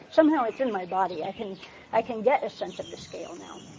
somehow it's in my body. i can i can get a sense of the scale now.